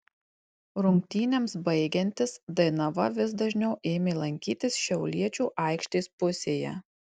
rungtynėms baigiantis dainava vis dažniau ėmė lankytis šiauliečių aikštės pusėje